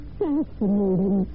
fascinating